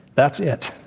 that's it.